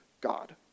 God